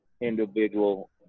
individual